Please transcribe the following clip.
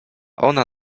ona